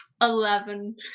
Eleven